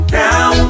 now